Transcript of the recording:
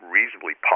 reasonably